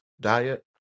diet